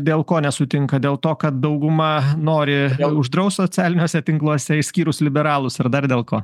dėl ko nesutinkat dėl to kad dauguma nori uždraust socialiniuose tinkluose išskyrus liberalus ar dar dėl ko